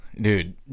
Dude